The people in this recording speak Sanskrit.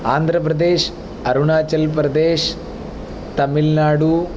आन्ध्रप्रदेश् अरुणाचल्प्रदेश् तमिल्नाडु